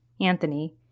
Anthony